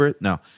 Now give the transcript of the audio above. no